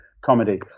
comedy